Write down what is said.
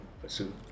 pursue